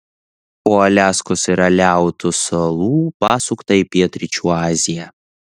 po aliaskos ir aleutų salų pasukta į pietryčių aziją